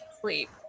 sleep